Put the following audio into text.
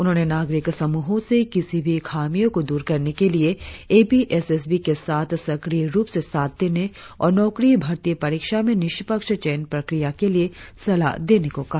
उन्होंने नागरिक समूहों से किसी भी खामियों को दूर करने के लिए A P S S B के साथ सक्रिय रुप से साथ देने और नौकरी भर्ती परीक्षा में निष्पक्ष चयन प्रक्रिया के लिए सलाह देने को कहा